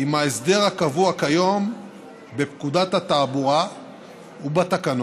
עם ההסדר הקבוע כיום בפקודת התעבורה ובתקנות,